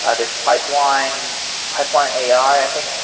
ah there's pipeline pipeline ai, i think.